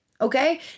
okay